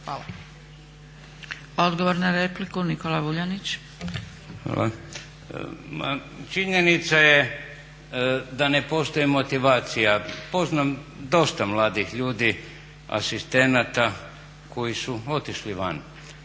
Nikola (Nezavisni)** Hvala. Činjenica je da ne postoji motivacija. Poznam dosta mladih ljudi, asistenata koji su otišli van,